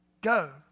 Go